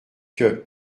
que